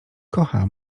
kocha